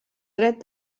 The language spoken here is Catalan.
dret